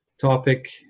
topic